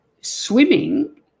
swimming